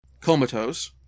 Comatose